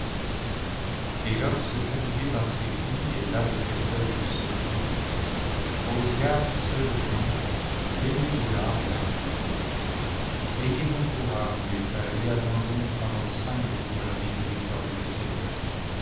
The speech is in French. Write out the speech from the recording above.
et lorsque fatigués par ces cris et las de ces pleurs ils se turent os se levant baigné de larmes leur dit ayez bon courage mes frères et attendons pendant cinq joure la miséricorde du seigneur